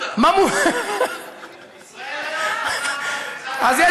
אז קיש,